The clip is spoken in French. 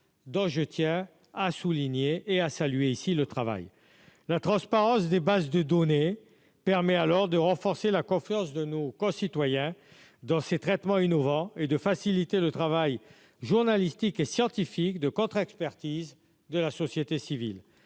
dont je tiens à souligner et à saluer ici le travail, la transparence des bases de données permet alors de renforcer la confiance de nos concitoyens dans ces traitements innovants et de faciliter le travail journalistique et scientifique de contre-expertise de la société civile,